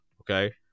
okay